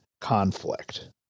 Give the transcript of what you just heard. conflict